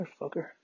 Motherfucker